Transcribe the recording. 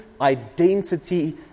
identity